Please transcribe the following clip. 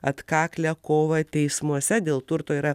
atkaklią kovą teismuose dėl turto yra